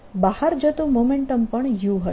બહાર જતું મોમેન્ટમ પણ u હશે